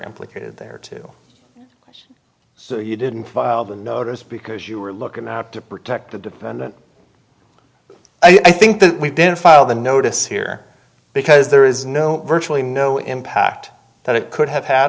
implicated there too so you didn't file the notice because you were looking out to protect the dependent i think that we didn't file the notice here because there is no virtually no impact that it could have had